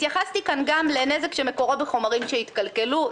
התייחסתי כאן גם לנזק שמקורו בחומרים שהתקלקלו.